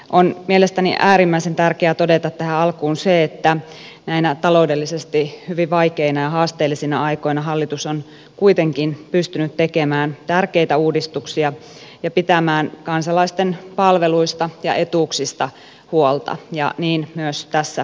on mielestäni äärimmäisen tärkeää todeta tähän alkuun se että näinä taloudellisesti hyvin vaikeina ja haasteellisina aikoina hallitus on kuitenkin pystynyt tekemään tärkeitä uudistuksia ja pitämään kansalaisten palveluista ja etuuksista huolta niin myös tässä budjetissa